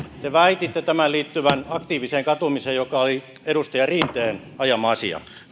te väititte tämän liittyvän aktiiviseen katumiseen joka oli edustaja rinteen ajama asia